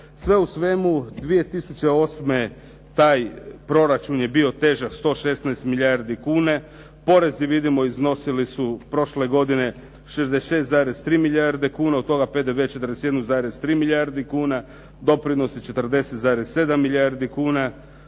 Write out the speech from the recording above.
Sve u svemu 2008. taj proračun je bio težak 116 milijardi kuna. Porezi vidimo iznosili su prošle godine 66,3 milijarde kuna. Od toga PDV 41,3 milijardi kuna, doprinosi 40,7 milijardi kuna,